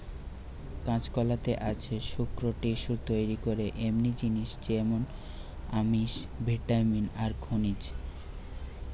কাঁচকলাতে আছে শক্ত টিস্যু তইরি করে এমনি জিনিস যেমন আমিষ, ভিটামিন আর খনিজ